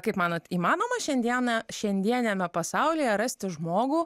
kaip manot įmanoma šiandieną šiandieniame pasaulyje rasti žmogų